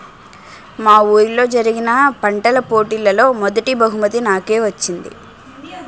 మా వూరిలో జరిగిన పంటల పోటీలలో మొదటీ బహుమతి నాకే వచ్చింది